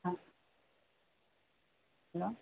ആ ഹലോ